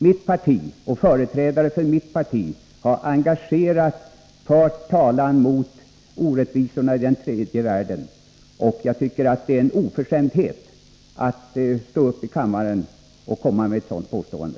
Mitt parti och företrädare för mitt parti har engagerat fört talan mot orättvisorna i den tredje världen. Jag tycker det är en oförskämdhet att stå upp i kammaren och komma med ett sådant påstående.